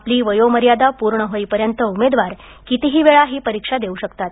आपली वयोमर्यादा पूर्ण होऊपर्यंत उमेदवार कितीही वेळा ही परीक्षा देऊ शकतात